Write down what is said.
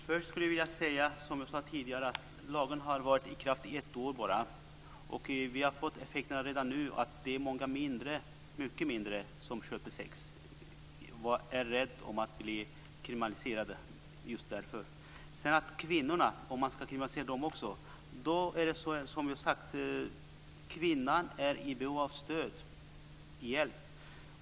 Fru talman! Som jag tidigare sagt har lagen varit i kraft i bara ett år men vi ser redan effekter. Det är långt färre som nu köper sex - man är rädd för att bli kriminaliserad. Sedan till frågan om kvinnan också ska kriminaliseras. Som jag redan sagt är kvinnan i behov av stöd och hjälp.